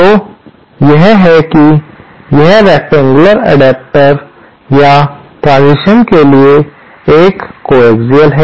तो यह है कि यह रेकटेंगयुलर एडाप्टर या ट्रांसिशन्स के लिए एक कोएक्सिअल है